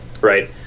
Right